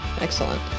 Excellent